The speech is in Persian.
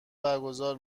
برگزار